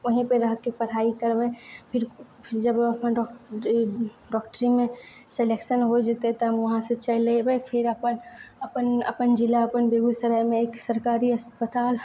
वहीँ पे रहिके पढ़ाइ करबै फिर जब डॉक्टरीमे सिलेक्शन हो जेतै तऽ वहांँ से चलि एबै फेर अपन अपन अपन जिला अपन बेगूसरायमे एक सरकारी अस्पताल